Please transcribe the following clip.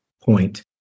point